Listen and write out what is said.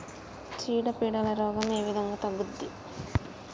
చీడ పీడల రోగం ఏ విధంగా తగ్గుద్ది?